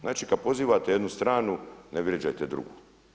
Znači kada pozivate jednu stranu ne vrijeđajte drugu.